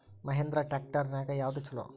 Mahindra tractor ನ್ಯಾಗ ಯಾವ್ದ ಛಲೋ?